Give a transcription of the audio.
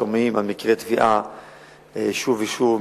שומעים על מקרי טביעה שוב ושוב,